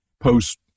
post